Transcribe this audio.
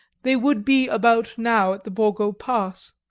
they would be about now at the borgo pass.